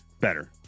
better